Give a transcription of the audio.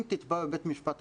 אם תתבע בבית משפט ---.